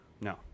No